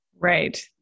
Right